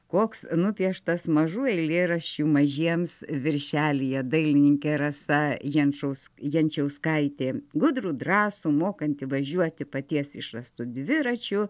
koks nupieštas mažų eilėraščių mažiems viršelyje dailininkė rasa jenčaus jančiauskaitė gudrų drąsų mokanti važiuoti paties išrastu dviračiu